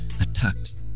attacked